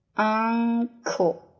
uncle